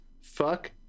fuck